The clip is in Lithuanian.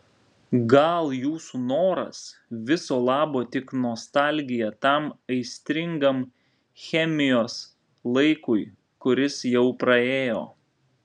gal jūsų noras viso labo tik nostalgija tam aistringam chemijos laikui kuris jau praėjo